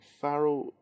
Farrell